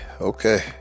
Okay